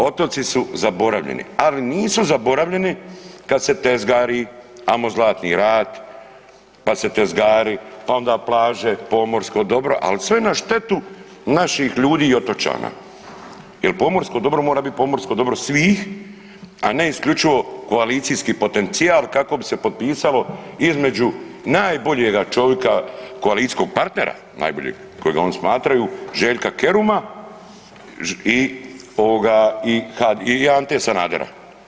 Otoci su zaboravljeni, ali nisu zaboravljeni kad se tezgari ajmo Zlatni rat pa se tezgari, pa onda plaže pomorsko dobro, al sve na štetu naših ljudi i otočana jel pomorsko dobro mora bit pomorsko dobro svih, a ne isključivo koalicijski potencijal kako bi se potpisalo između najboljega čovika koalicijskog partnera, najboljeg kojeg oni smatraju, Željka Keruma i ovoga i Ante Sanadera.